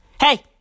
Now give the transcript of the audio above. Hey